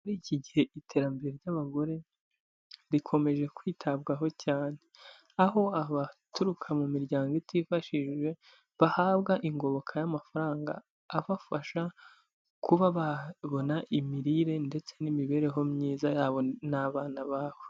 Muri iki gihe iterambere ry'abagore rikomeje kwitabwaho cyane, aho abaturuka mu miryango itifashije bahabwa ingoboka y'amafaranga abafasha kuba babona imirire ndetse n'imibereho myiza yabo n'abana babo.